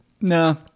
no